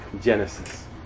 Genesis